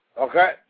Okay